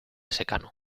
secano